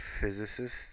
physicist